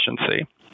efficiency